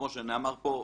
כמו שנאמר כאן,